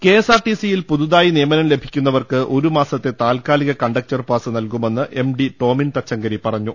കെഎസ്ആർടിസിയിൽ പുതുതായി നിയമനം ലഭിക്കുന്ന വർക്ക് ഒരു മാസത്തെ താത്കാലിക കണ്ടക്ടർ പാസ് നൽകുമെന്ന് എംഡി ട്ടോമിൻ തച്ചങ്കരി പറഞ്ഞു